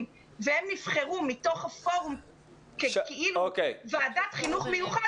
והם נבחרו מתוך הפורום כאילו ועדת חינוך מיוחד,